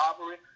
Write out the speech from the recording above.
robbery